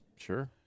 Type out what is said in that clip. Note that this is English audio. Sure